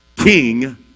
king